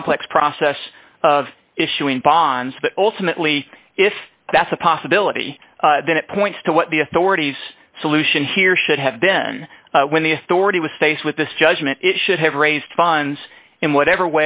complex process of issuing bonds but ultimately if that's a possibility then it points to what the authorities solution here should have been when the authority was faced with this judgment it should have raised funds in whatever